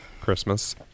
christmas